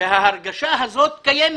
ההרגשה הזאת קיימת